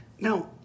Now